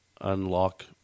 unlock